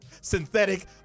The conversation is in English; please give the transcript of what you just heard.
Synthetic